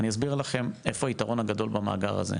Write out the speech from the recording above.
אני אסביר לכם איפה היתרון הגדול במאגר הזה.